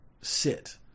sit